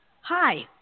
Hi